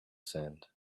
sand